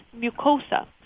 mucosa